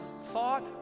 thought